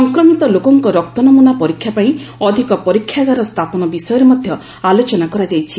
ସଂକ୍ରମିତ ଲୋକଙ୍କ ରକ୍ତନମୁନା ପରୀକ୍ଷା ପାଇଁ ଅଧିକ ପରୀକ୍ଷାଗାର ସ୍ଥାପନ ବିଷୟରେ ମଧ୍ୟ ଆଲୋଚନା କରାଯାଇଛି